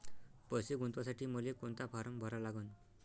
पैसे गुंतवासाठी मले कोंता फारम भरा लागन?